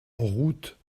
route